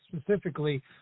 specifically